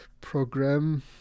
program